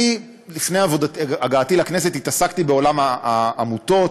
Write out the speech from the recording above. לפני הגעתי לכנסת התעסקתי בעולם העמותות,